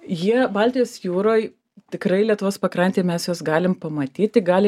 jie baltijos jūroj tikrai lietuvos pakrantėj mes juos galim pamatyt tik gali